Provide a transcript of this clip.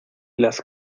las